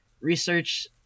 research